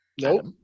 Nope